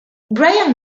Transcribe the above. bryan